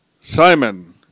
Simon